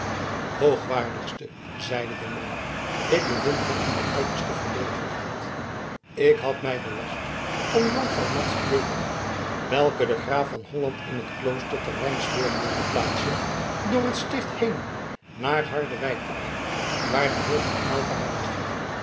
hoogwaardigste zeide de monnik ik bevind mij in de uiterste verlegenheid ik had mij belast om jonkvrouw madzy dekama welke de graaf van holland in het klooster te rijnsburg wilde plaatsen door het sticht heen naar harderwijk te brengen waar de heer van aylva haar wacht